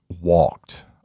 walked